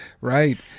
right